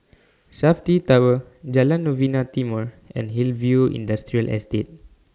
Safti Tower Jalan Novena Timor and Hillview Industrial Estate